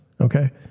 okay